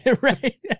right